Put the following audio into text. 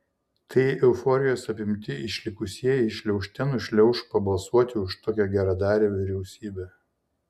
tai euforijos apimti išlikusieji šliaužte nušliauš pabalsuoti už tokią geradarę vyriausybę